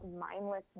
mindless